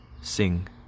sing